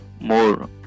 More